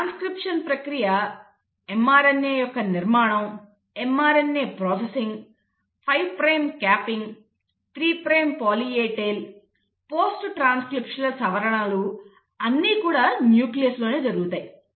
transcription ప్రక్రియ mRNA యొక్క నిర్మాణం mRNA processing 5 prime capping 3 prime poly A tail post transcriptional సవరణలు అన్నీకూడా న్యూక్లియస్లో జరుగుతాయి